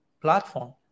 platform